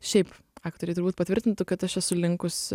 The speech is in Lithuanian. šiaip aktoriai turbūt patvirtintų kad aš esu linkus